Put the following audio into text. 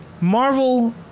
Marvel